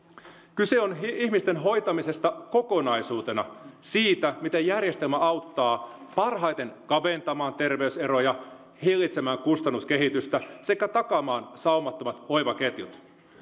kyse on ihmisten hoitamisesta kokonaisuutena siitä miten järjestelmä auttaa parhaiten kaventamaan terveyseroja hillitsemään kustannuskehitystä sekä takaamaan saumattomat hoivaketjut